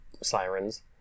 sirens